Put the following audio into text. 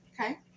Okay